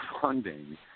funding